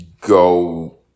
go